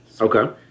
Okay